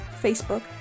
Facebook